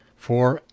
for,